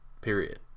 Period